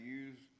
use